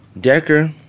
Decker